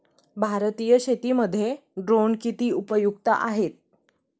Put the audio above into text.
भारतीय शेतीमध्ये ड्रोन किती उपयुक्त आहेत?